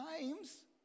times